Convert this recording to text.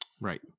right